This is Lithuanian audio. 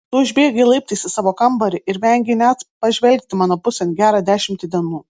tu užbėgai laiptais į savo kambarį ir vengei net pažvelgti mano pusėn gerą dešimtį dienų